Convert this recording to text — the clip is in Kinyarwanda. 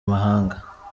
mahanga